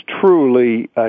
truly